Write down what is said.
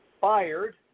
fired